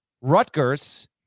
Rutgers